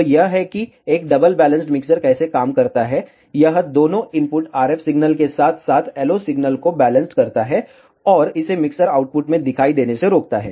तो यह है कि एक डबल बैलेंस्ड मिक्सर कैसे काम करता है यह दोनों इनपुट RF सिग्नल के साथ साथ LO सिग्नल को बैलेंस्ड करता है और इसे मिक्सर आउटपुट में दिखाई देने से रोकता है